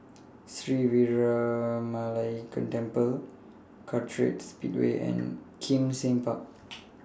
Sri Veeramakaliamman Temple Kartright Speedway and Kim Seng Park